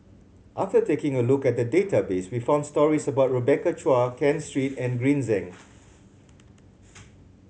after taking a look at the database we found stories about Rebecca Chua Ken Seet and Green Zeng